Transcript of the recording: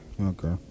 Okay